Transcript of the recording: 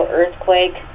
earthquake